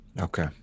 Okay